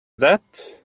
that